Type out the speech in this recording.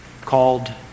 called